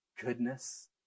Goodness